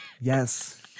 Yes